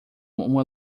uma